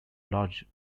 large